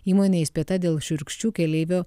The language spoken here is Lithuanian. įmonė įspėta dėl šiurkščių keleivio